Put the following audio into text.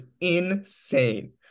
insane